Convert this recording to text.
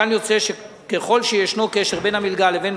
מכאן יוצא שככל שישנו קשר בין המלגה לבין